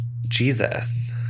Jesus